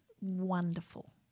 wonderful